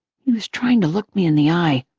he was trying to look me in the eye,